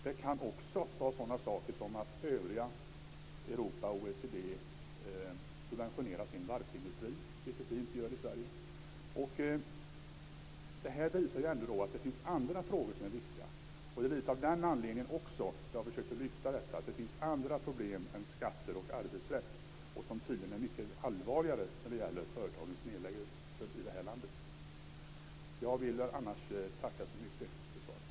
Det kan också vara sådana saker som att övriga länder i Europa och i OECD subventionerar sin varvsindustri, vilket vi inte gör i Sverige. Det här visar ändå att det finns andra frågor som är viktiga. Det är också lite av den anledningen som jag försöker lyfta detta. Det finns andra problem än skatter och arbetsrätt som tydligen är mycket allvarligare när det gäller företagens nedläggelser i det här landet. Jag vill annars tacka så mycket för svaret.